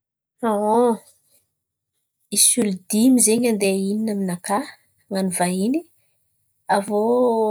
Misy olo dimy zen̈y handeha hihina aminakà, han̈ano vahiny. Aviô